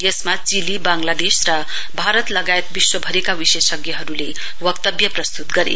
यसमा चिली वांगलादेश र भारत लगायत विश्वभरिका विशेषज्ञहरुले वक्तव्य प्रस्तुत गरे